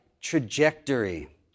trajectory